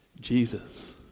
Jesus